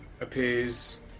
appears